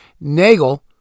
Nagel